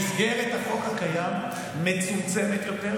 יכולת האכיפה במסגרת החוק הקיים מצומצמת יותר,